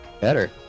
better